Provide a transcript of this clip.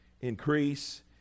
increase